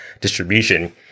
distribution